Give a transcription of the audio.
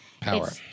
power